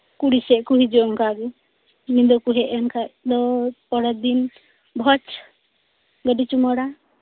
ᱠᱩᱲᱤ ᱥᱮᱫ ᱠᱚ ᱦᱤᱡᱩᱜᱼᱟ ᱚᱝᱠᱟᱜᱮ ᱧᱤᱫᱟᱹ ᱠᱚ ᱦᱮᱡ ᱮᱱᱠᱷᱟᱱ ᱫᱚ ᱯᱚᱨᱮᱨ ᱫᱤᱱ ᱵᱷᱚᱡᱽ ᱜᱟᱰᱤ ᱪᱩᱢᱟᱹᱲᱟ